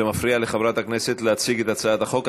זה מפריע לחברת הכנסת להציג את הצעת החוק.